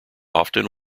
often